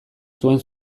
zuen